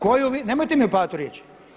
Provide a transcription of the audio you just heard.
Koju vi, nemojte mi upadati u riječ.